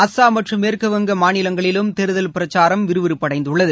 அஸ்ஸாம் மற்றும் மேற்குவங்க மாநிலங்களிலும் தேர்தல் பிரச்சாரம் விறுவிறுப்படைந்துள்ளது